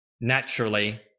naturally